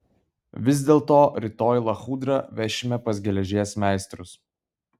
vis dėlto rytoj lachudrą vešime pas geležies meistrus